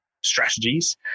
strategies